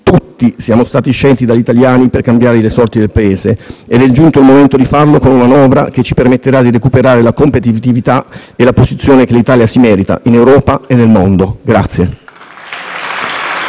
tutti, siamo stati scelti dagli italiani per cambiare le sorti del Paese ed è giunto il momento di farlo con una manovra che ci permetterà di recuperare la competitività e la posizione che l'Italia si merita in Europa e nel mondo.